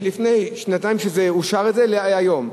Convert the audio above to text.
מלפני שנתיים שזה אושר, להיום?